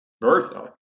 Bertha